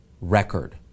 record